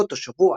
באותו שבוע.